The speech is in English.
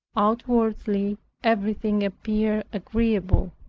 outwardly everything appeared agreeable.